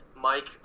Mike